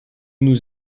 nous